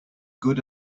good